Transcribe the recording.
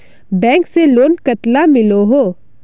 Bank से loan कतला मिलोहो?